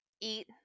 eat